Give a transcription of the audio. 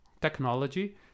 technology